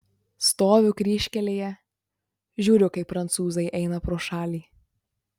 stoviu kryžkelėje žiūriu kaip prancūzai eina pro šalį